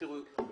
לעשות זאת.